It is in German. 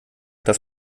dass